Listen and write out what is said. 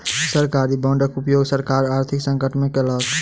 सरकारी बांडक उपयोग सरकार आर्थिक संकट में केलक